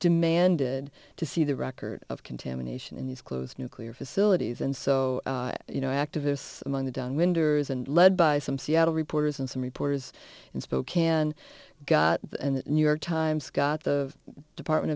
demanded to see the record of contamination in these closed nuclear facilities and so you know activists among the down winders and led by some seattle reporters and some reporters in spokane got the new york times got the department